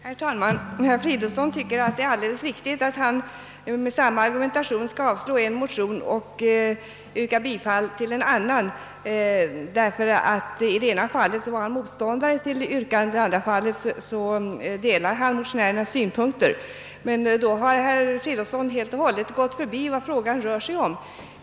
Herr talman! Herr Fridolfsson i Stockholm tycker att det är alldeles riktigt att han, trots att samma formella argument kan anföras i båda fallen, yrkar avslag på en motion och bifall till en annan, eftersom han i det ena fallet är motståndare till motionsyrkandet och i det andra fallet är en av motionärerna. Men då har herr Fridolfsson helt förbisett vad frågan gäller.